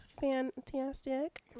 fantastic